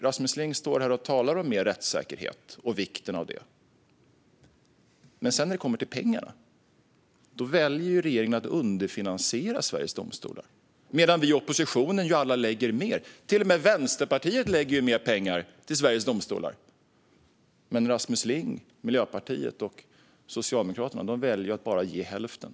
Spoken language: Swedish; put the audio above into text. Rasmus Ling talar här om vikten av mer rättssäkerhet, men när det kommer till pengarna väljer regeringen att underfinansiera Sveriges Domstolar medan vi i oppositionen lägger mer. Till och med Vänsterpartiet lägger mer pengar till Sveriges Domstolar. Men Rasmus Ling, Miljöpartiet, och Socialdemokraterna väljer att bara ge hälften.